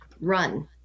run